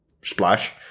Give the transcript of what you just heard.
splash